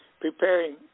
preparing